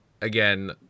Again